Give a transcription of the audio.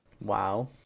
Wow